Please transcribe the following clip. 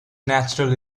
natural